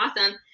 Awesome